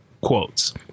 quotes